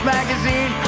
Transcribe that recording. Magazine